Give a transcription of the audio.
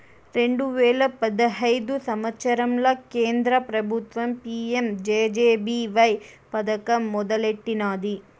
రెండు వేల పదహైదు సంవత్సరంల కేంద్ర పెబుత్వం పీ.యం జె.జె.బీ.వై పదకం మొదలెట్టినాది